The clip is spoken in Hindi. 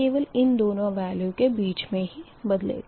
केवल इन दोनो वेल्यू के बीच मे ही बदलेगा